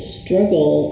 struggle